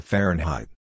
Fahrenheit